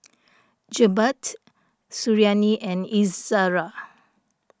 Jebat Suriani and Izzara